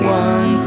one